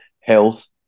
health